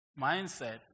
mindset